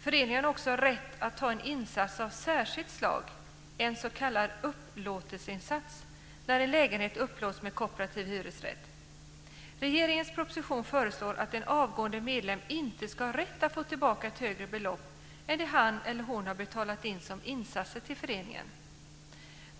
Föreningen har också rätt att ta en insats av särskilt slag, en s.k. upplåtelseinsats, när en lägenhet upplåts med kooperativ hyresrätt. Regeringen föreslår i propositionen att en avgående medlem inte ska ha rätt att få tillbaka ett högre belopp än det han eller hon har betalat in som insatser till föreningen.